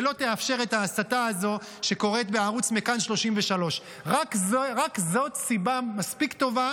ולא תאפשר את ההסתה הזאת שקוראת בערוץ מכאן 33. רק זאת סיבה מספיק טובה